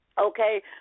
Okay